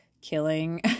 killing